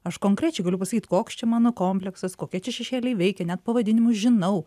aš konkrečiai galiu pasakyt koks čia mano kompleksas kokie čia šešėliai veikia net pavadinimus žinau